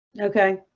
Okay